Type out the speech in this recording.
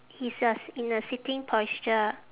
he's uh s~ in a sitting posture